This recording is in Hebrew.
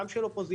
גם של אופוזיציה,